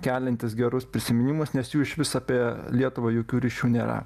keliantis gerus prisiminimus nes jų išvis apie lietuvą jokių ryšių nėra